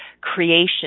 creation